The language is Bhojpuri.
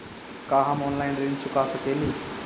का हम ऑनलाइन ऋण चुका सके ली?